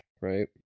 right